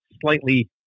slightly